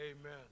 Amen